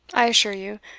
i assure you,